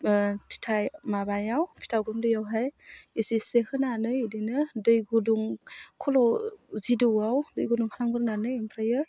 फिथाइ माबायाव फिथा गुन्दैआवहाय एसे एसे होनानै बिदिनो दै गुदुं खल' जिदौवाव दै गुदुं खालामग्रोनानै ओमफ्रायो